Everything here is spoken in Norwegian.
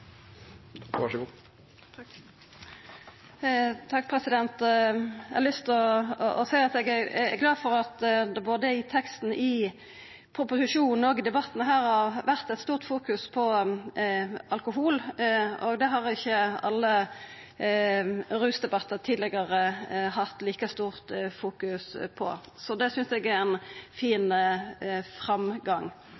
Eg har lyst til å seia at eg er glad for at det både i teksten i proposisjonen og i debatten her har vore fokusert mykje på alkohol, og det har ikkje vore like mykje fokusert på i alle rusdebattar tidlegare. Så det synest eg er ein fin